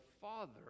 Father